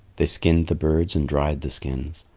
they skinned the birds and dried the skins.